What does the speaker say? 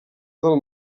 del